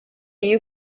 you